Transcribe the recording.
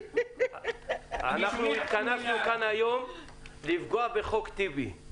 אנחנו התכנסו כאן היום כדי לפגוע בחוק טיבי.